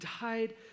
died